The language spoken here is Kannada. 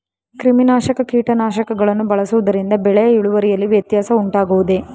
ಕ್ರಿಮಿನಾಶಕ ಕೀಟನಾಶಕಗಳನ್ನು ಬಳಸುವುದರಿಂದ ಬೆಳೆಯ ಇಳುವರಿಯಲ್ಲಿ ವ್ಯತ್ಯಾಸ ಉಂಟಾಗುವುದೇ?